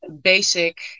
basic